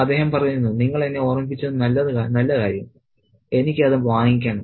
അദ്ദേഹം പറയുന്നു നിങ്ങൾ എന്നെ ഓർമ്മിപ്പിച്ചത് നല്ല കാര്യം എനിക്ക് അത് വാങ്ങിക്കണം